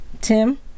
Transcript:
Tim